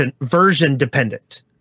version-dependent